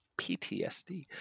PTSD